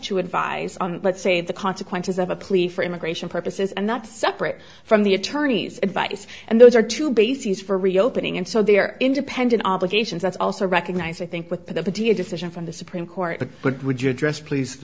to advise on let's say the consequences of a plea for immigration purposes and that's separate from the attorney's advice and those are two bases for reopening and so they are independent obligations that's also recognized i think with the decision from the supreme court but would you address please